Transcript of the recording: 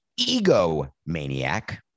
egomaniac